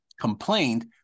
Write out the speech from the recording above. complained